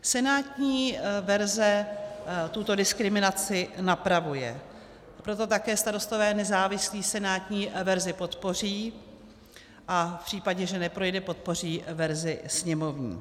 Senátní verze tuto diskriminaci napravuje, proto také Starostové a nezávislí senátní verzi podpoří a v případě, že neprojde, podpoří verzi sněmovní.